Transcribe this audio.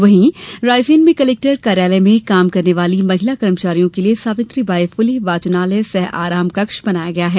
वहीं रायसेन में कलेक्टर कार्यालय में काम करने वाली महिला कर्मचारियों के लिये सावित्री बाई फुले वाचनालय सह आराम कक्ष बनाया है